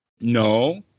No